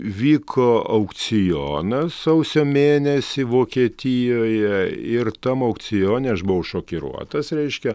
vyko aukcionas sausio mėnesį vokietijoje ir tam aukcione aš buvau šokiruotas reiškia